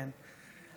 חברי הכנסת של רע"מ, כן.